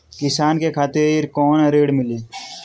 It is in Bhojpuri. किसान के खातिर कौन ऋण मिली?